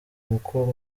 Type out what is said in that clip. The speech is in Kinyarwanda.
uko